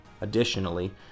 Additionally